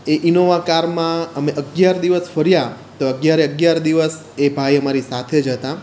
એ Innova કારમાં અમે અગિયાર દિવસ ફર્યા તો અગિયારે અગિયાર દિવસ એ ભાઈ અમારી સાથે જ હતા